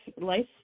life